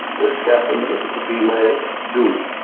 the scaffold would be my doom.